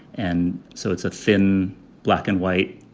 and so it's a thin black and white